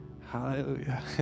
hallelujah